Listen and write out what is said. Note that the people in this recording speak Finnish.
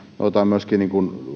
otamme myöskin